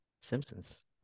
Simpsons